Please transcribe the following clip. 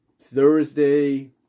Thursday